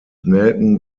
nelken